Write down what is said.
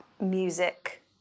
music